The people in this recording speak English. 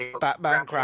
Batman